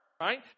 right